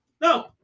No